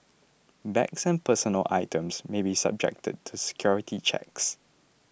bags and personal items may be subjected to security checks